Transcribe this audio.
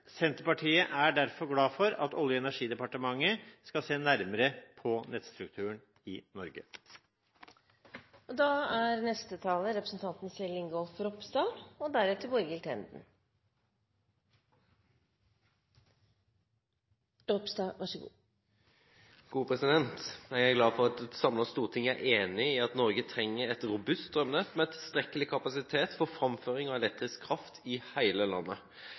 Senterpartiet er derfor glad for at Olje- og energidepartementet skal se nærmere på nettstrukturen i Norge. Jeg er glad for at et samlet storting er enig i at Norge trenger et robust strømnett med tilstrekkelig kapasitet for framføring av elektrisk kraft i hele landet.